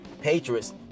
Patriots